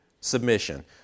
submission